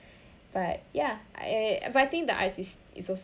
but ya I but I think the arts is is also